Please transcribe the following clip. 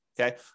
Okay